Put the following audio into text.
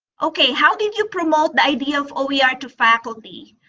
okay, how did you promote the idea of oer yeah to faculty?